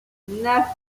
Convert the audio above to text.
neuf